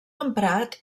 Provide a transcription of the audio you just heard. emprat